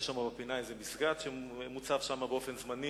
יש שם בפינה איזה מסגד שמוצב שם באופן זמני,